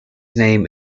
name